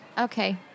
Okay